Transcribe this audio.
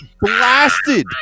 blasted